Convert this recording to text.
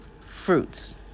fruits